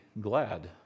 glad